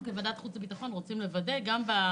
אבל אנחנו כוועדה רוצים לוודא זאת